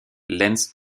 lance